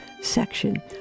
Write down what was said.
section